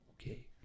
Okay